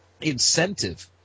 incentive